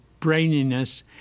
braininess